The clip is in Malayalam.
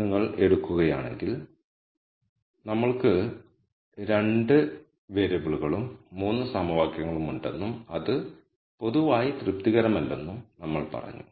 നിങ്ങൾ എടുക്കുകയാണെങ്കിൽ നമ്മൾക്ക് 2 വേരിയബിളുകളും 3 സമവാക്യങ്ങളും ഉണ്ടെന്നും അത് പൊതുവായി തൃപ്തികരമല്ലെന്നും നമ്മൾ പറഞ്ഞു